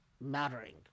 mattering